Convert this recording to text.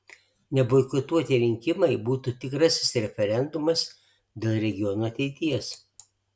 neboikotuoti rinkimai būtų tikrasis referendumas dėl regiono ateities